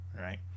right